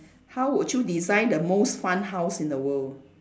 how would you design the most fun house in the world